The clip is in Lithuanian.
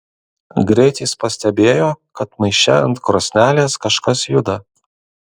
greit jis pastebėjo kad maiše ant krosnelės kažkas juda